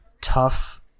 tough